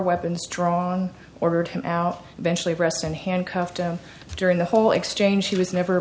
weapons drawn ordered him out eventually arrested and handcuffed during the whole exchange he was never